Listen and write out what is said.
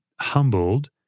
humbled